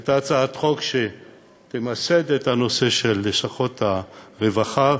הצעת חוק שתמסד את הנושא של לשכות הרווחה,